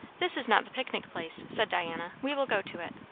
this is not the picnic place, said diana. we will go to it.